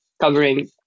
covering